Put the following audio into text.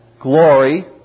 glory